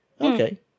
Okay